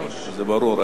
זה ברור,